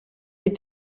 les